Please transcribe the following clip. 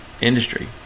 Industry